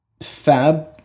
fab